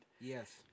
Yes